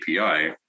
API